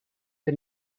the